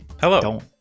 Hello